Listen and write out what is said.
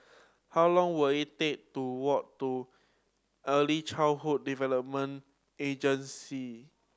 how long will it take to walk to Early Childhood Development Agency